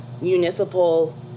municipal